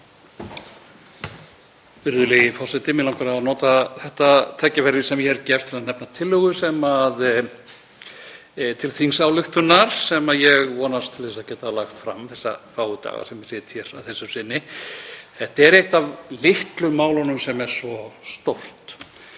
Þetta er eitt af litlu málunum sem er svo stórt.